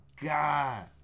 God